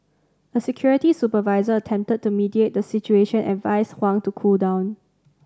a security supervisor attempted to mediate the situation and advised Huang to cool down